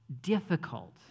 difficult